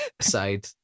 side